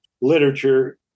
literature